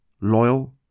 loyal